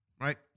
right